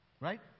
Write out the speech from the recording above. Right